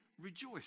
Rejoice